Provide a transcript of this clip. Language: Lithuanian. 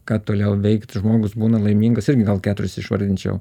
ką toliau veikt žmogus būna laimingas irgi gal keturis išvardinčiau